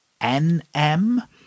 nm